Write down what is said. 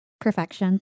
Perfection